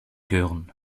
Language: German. hören